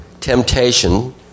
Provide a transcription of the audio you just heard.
temptation